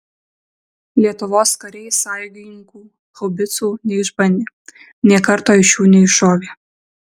lietuvos kariai sąjungininkų haubicų neišbandė nė karto iš jų neiššovė